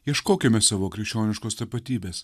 ieškokime savo krikščioniškos tapatybės